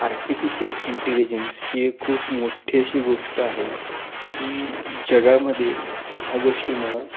artificial intelligence ही खूप मोठ्ठी अशी गोष्ट आहे की जगामध्ये ह्या गोष्टीमुळं